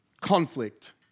Conflict